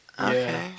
Okay